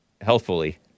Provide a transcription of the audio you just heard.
healthfully